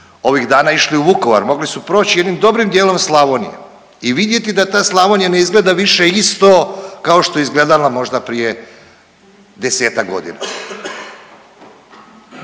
ovih dana išli u Vukovar, mogli su proći jednim dobrim dijelom Slavonije i vidjeti da ta Slavonija ne izgleda više isto kao što je izgledala možda prije desetak godina.